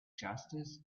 justice